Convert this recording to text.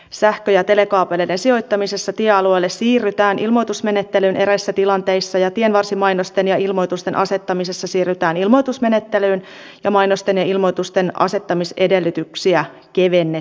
sähkö ja telekaapeleiden sijoittamisessa tiealueelle siirrytään ilmoitusmenettelyyn eräissä tilanteissa tienvarsimainosten ja ilmoitusten asettamisessa siirrytään ilmoitusmenettelyyn ja mainosten ja ilmoitusten asettamisedellytyksiä kevennetään